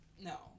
no